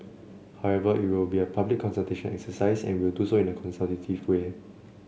however it will be a public consultation exercise and we will do so in a consultative way